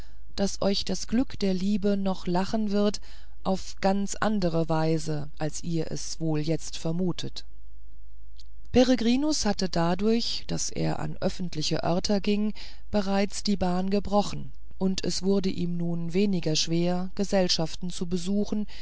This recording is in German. daß euch das glück der liebe noch lachen wird auf ganz andere weise als ihr es wohl jetzt vermutet peregrinus hatte dadurch daß er an öffentliche örter ging bereits die bahn gebrochen und es wurde ihm nun weniger schwer gesellschaften zu besuchen